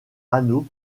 anneaux